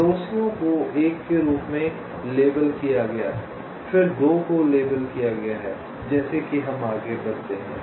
पड़ोसियों को 1 के रूप में लेबल किया गया फिर 2 को लेबल किया गया जैसे कि हम आगे बढ़ते हैं